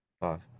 Five